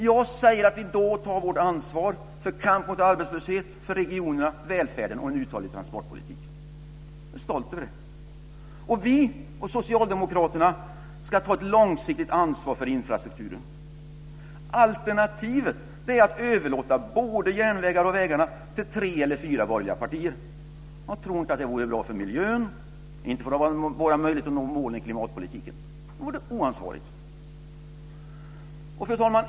Jag säger att vi tar vårt ansvar för kamp mot arbetslöshet, regionerna, välfärden och en uthållig transportpolitik. Jag är stolt över det. Vänsterpartiet och Socialdemokraterna ska ta ett långsiktigt ansvar för infrastrukturen. Alternativet är att överlåta både vägar och järnvägar till tre eller fyra borgerliga partier. Jag tror inte att det vore bra för miljön och våra möjligheter att nå målen för klimatpolitiken. Det vore oansvarigt. Fru talman!